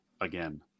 again